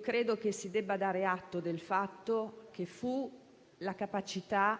Credo si debba dare atto del fatto che con esso